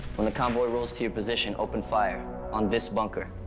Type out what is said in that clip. when the convoy rolls to your position, open fire. on this bunker.